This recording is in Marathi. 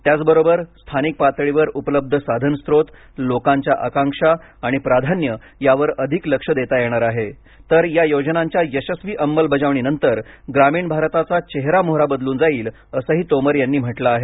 त्याचबरोबर स्थानिक पातळीवर उपलब्ध साधनस्रोत लोकांच्या आकांक्षा आणि प्राधान्य यावर अधिक लक्ष देता येणार आहे तर या योजनांच्या यशस्वी अंमलबजावणीनंतर ग्रामीण भारताचा चेहरा मोहरा बदलून जाईल असंही तोमर यांनी म्हटलं आहे